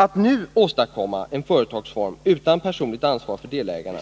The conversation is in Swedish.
Att nu åstadkomma en företagsform, utan personligt ansvar för delägarna,